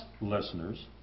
listeners